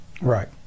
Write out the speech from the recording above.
right